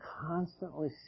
constantly